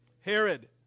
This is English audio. Herod